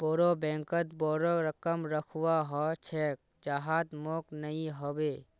बोरो बैंकत बोरो रकम रखवा ह छेक जहात मोक नइ ह बे